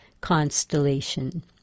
constellation